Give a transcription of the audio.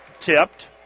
tipped